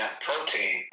protein